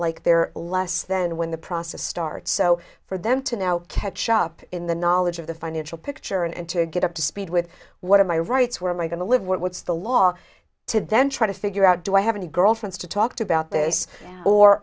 like they're less than when the process starts so for them to now catch up in the knowledge of the financial picture and to get up to speed with what are my rights where am i going to live what's the law to then try to figure out do i have any girlfriends to talk to about this or